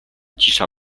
cisza